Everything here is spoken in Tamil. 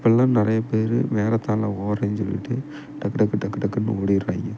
இப்போல்லாம் நிறையா பேர் மாரத்தான்ல ஓடுறேன்னு சொல்லிவிட்டு டக்கு டக்கு டக்கு டக்குன்னு ஓடிடுறாயிங்க